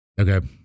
okay